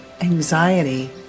anxiety